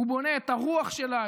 הוא בונה את הרוח שלה,